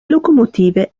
locomotive